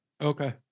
Okay